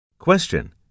Question